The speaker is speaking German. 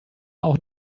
auch